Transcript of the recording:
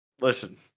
Listen